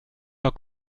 pas